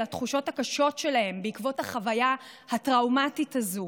התחושות הקשות שלהם בעקבות החוויה הטראומטית הזאת,